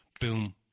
boom